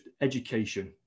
education